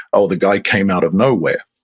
oh, the guy came out of nowhere.